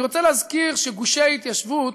אני רוצה להזכיר ש"גושי ההתיישבות"